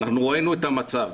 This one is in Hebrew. אנחנו ראינו את המצב.